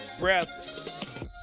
breath